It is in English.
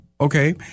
okay